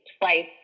twice